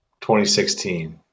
2016